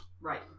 Right